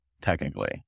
technically